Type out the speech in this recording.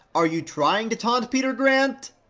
are you trying to taunt peter grant?